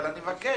אבל אני מבקש